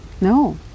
No